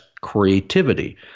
creativity